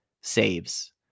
saves